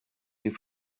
die